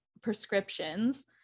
prescriptions